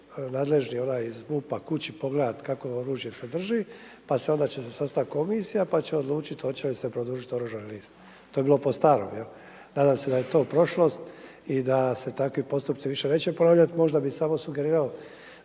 nadležni onaj iz MUP-a kući pogledati kakvo je oružje što drži, pa će se onda sastati komisija pa će odlučiti hoće li se produžiti oružani list. To je bilo po starom. Nadam se da je to prošlost i da se takvi postupci više neće ponavljati. Možda bi samo sugerirao